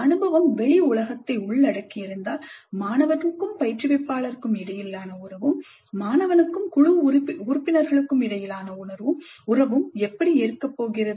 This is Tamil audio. அனுபவம் வெளி உலகத்தை உள்ளடக்கியிருந்தால் மாணவனுக்கும் பயிற்றுவிப்பாளருக்கும் இடையிலான உறவும் மாணவனுக்கும் குழு உறுப்பினர்களுக்கும் இடையே ஆன உறவு எப்படி இருக்கப் போகிறது